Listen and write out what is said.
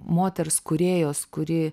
moters kūrėjos kuri